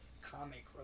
comic